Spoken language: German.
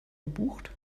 gebucht